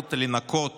אפשרות לנכות